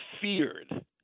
feared